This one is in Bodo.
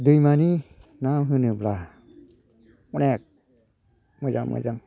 दैमानि ना होनोब्ला अनेक मोजां मोजां